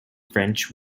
french